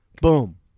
boom